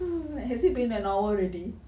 has it been an hour already